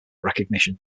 recognition